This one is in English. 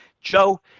Joe